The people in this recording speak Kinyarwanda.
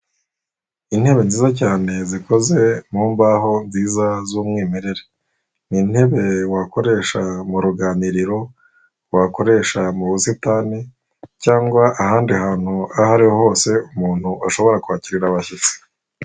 Intebe nziza cyane zikoze mu mbaho nziza z'umwimerere, ni intebe wakoresha mu ruganiriro wakoresha mu busitani cyangwa ahandi hantu, aho ariho hose umuntu ashobora kwakirira abashyitsi.